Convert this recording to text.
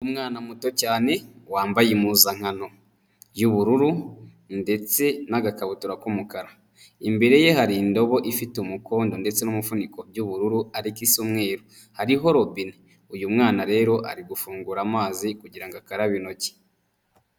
Umwana muto cyane wambaye impuzankano y'ubururu ndetse n'agakabutura k'umukara, imbere ye hari indobo ifite umukondo ndetse n'umufuniko by'ubururu ariko isa umweru, hariho robine, uyu mwana rero ari gufungura amazi kugira ngo akarabe intoki.